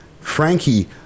Frankie